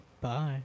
Bye